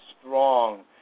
strong